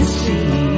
see